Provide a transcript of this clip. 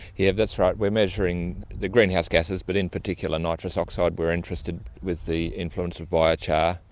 yeah that's right, we are measuring the greenhouse gases, but in particular nitrous oxide we are interested with the influence of biochar,